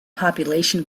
population